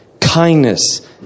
kindness